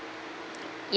yup